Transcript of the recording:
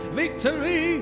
victory